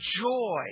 joy